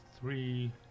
three